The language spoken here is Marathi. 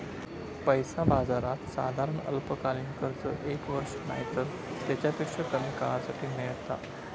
पैसा बाजारात साधारण अल्पकालीन कर्ज एक वर्ष नायतर तेच्यापेक्षा कमी काळासाठी मेळता